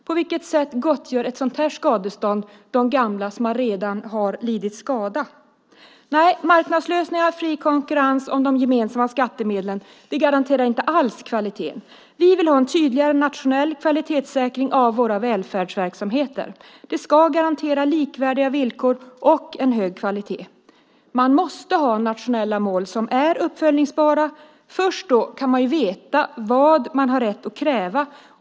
På vilket sätt gottgör ett sådant skadestånd de gamla som redan har lidit skada? Nej, marknadslösningar och fri konkurrens om gemensamma skattemedel garanterar inte alls kvaliteten! Vi vill ha en tydligare, nationell kvalitetssäkring av våra välfärdsverksamheter. Likvärdiga villkor och hög kvalitet ska garanteras. Man måste ha nationella mål som kan följas upp. Först då kan man veta vad man har rätt att kräva.